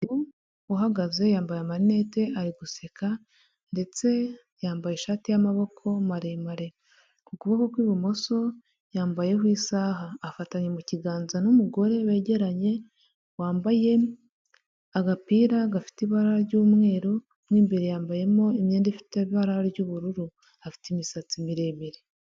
Umuntu uhagaze yambaye amarinete ari guseka ndetse yambaye ishati y'amaboko maremare, ku kuboko kw'ibumoso yambayeho isaha afatanya mu kiganza n'umugore begeranye wambaye agapira gafite ibara ry'umweru n'imbere yambayemo imyenda ifite ibara ry'ubururu, afite imisatsi miremire.